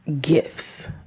gifts